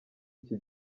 iki